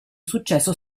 successo